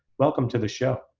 welcome to the show.